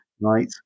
right